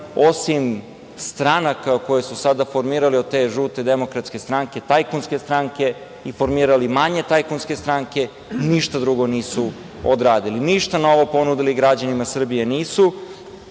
osim stranaka koje su sada formirali od te žute demokratske stranke, tajkunske stranke, i formirali manje tajkunske stranke, ništa drugo nisu odradili, ništa novo nisu ponudili građanima Srbije. Kolega